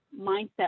mindset